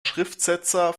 schriftsetzer